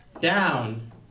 down